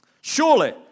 Surely